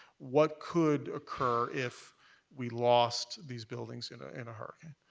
what could occur if we lost these buildings in ah in a hurricane,